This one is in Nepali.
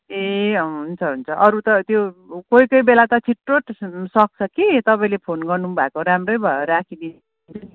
ए हुन्छ हुन्छ अरू त त्यो कोही कोही बेला त छिटै सक्छ कि तपाईँले फोन गर्नुभएको राम्रै भयो राखिदिन्छु नि म